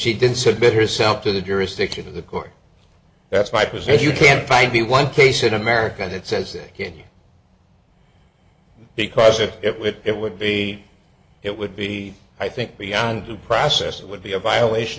she didn't submit herself to the jurisdiction of the court that's my position you can't find the one case in america that says it can't be because if it would it would be it would be i think beyond due process it would be a violation